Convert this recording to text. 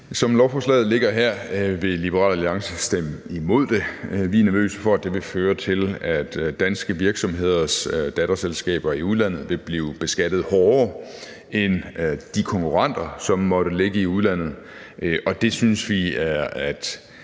Som lovforslaget ligger her, vil Liberal Alliance stemme imod det. Vi er nervøse for, at det vil føre til, at danske virksomheders datterselskaber i udlandet vil blive beskattet hårdere end de konkurrenter, som måtte ligge i udlandet, og det synes vi er at